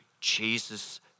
Jesus